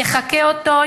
יחקה אותו,